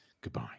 goodbye